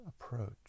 approach